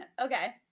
Okay